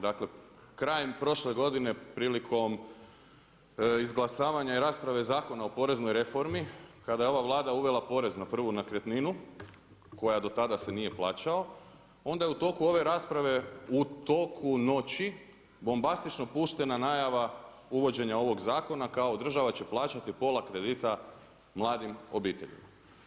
Dakle, krajem prošle godine prilikom izglasavanja i rasprave Zakona o poreznoj reformi kada je ova Vlada uvela porez na prvu nekretninu, koja dotada se nije plaćao, onda je u toku ove rasprave, u toku noći, bombastično pušteno najava uvođenja ovog zakona kao država će plaćati pola kredita mladim obiteljima.